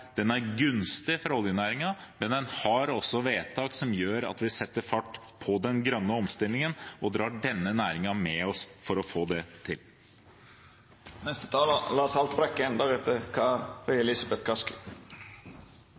gunstig for oljenæringen, men en har også vedtak som gjør at vi setter fart i den grønne omstillingen og drar denne næringen med oss for å få det